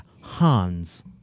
Hans